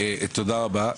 תודה רבה,